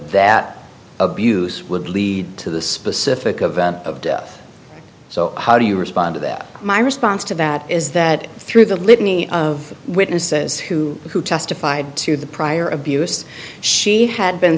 that abuse would lead to the specific event of death so how do you respond to that my response to that is that through the litany of witnesses who who testified to the prior abuse she had been